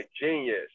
genius